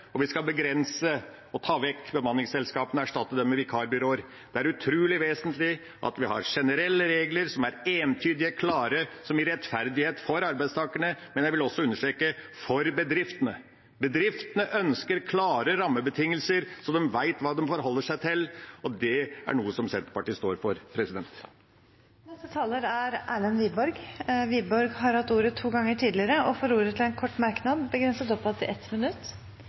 Og vi skal begrense og ta vekk bemanningsselskapene og erstatte dem med vikarbyråer. Det er utrolig vesentlig at vi har generelle regler som er entydige og klare, og som gir rettferdighet for arbeidstakerne, men jeg vil understreke – også for bedriftene. Bedriftene ønsker klare rammebetingelser, så de vet hva de har å forholde seg til, og det er noe Senterpartiet står for. Representanten Erlend Wiborg har hatt ordet to ganger tidligere og får ordet til en kort merknad, begrenset til 1 minutt.